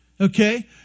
Okay